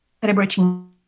celebrating